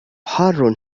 حار